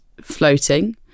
floating